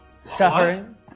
Suffering